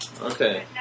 Okay